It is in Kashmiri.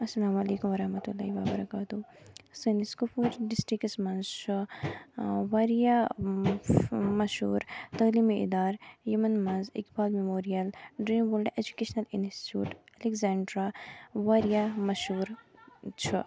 اسلَام عَلَیکُم و رحمة اللّٰه و بركاته سٲنِس کۄپوٲرۍ ڈِسٹرکَس منٛز چھُ واریاہ مشہوٗر تعلیمی اِدارٕ یِمن منٛز Iqbal memorial dream world educational institute Alexandra واریاہ مشہوٗر چھُ